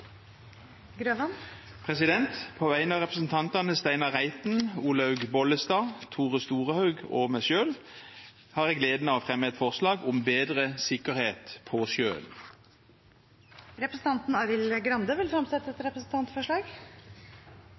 På vegne av representantene Steinar Reiten, Olaug V. Bollestad, Tore Storehaug og meg selv har jeg gleden av å fremme et forslag om bedre sikkerhet på sjøen. Representanten Arild Grande vil fremsette et representantforslag.